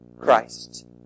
Christ